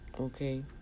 Okay